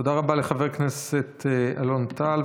תודה רבה לחבר הכנסת אלון טל.